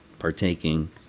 Partaking